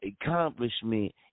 accomplishment